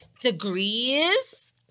Degrees